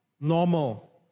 normal